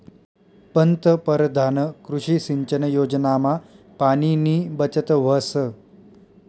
पंतपरधान कृषी सिंचन योजनामा पाणीनी बचत व्हस